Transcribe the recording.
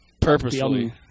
Purposefully